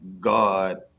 God